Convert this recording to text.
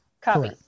Copy